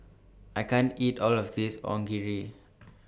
I can't eat All of This Onigiri